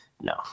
no